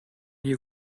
you